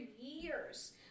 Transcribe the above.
years